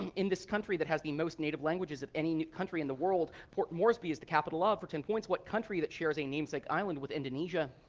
in this country that has the most native languages of any country in the world. port moresby is the capital ah of for ten points what country that shares a namesake island with indonesia?